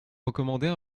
recommander